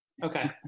okay